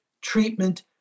treatment